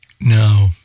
No